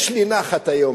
יש לי נחת היום.